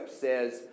says